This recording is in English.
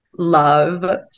love